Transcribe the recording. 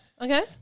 Okay